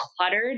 cluttered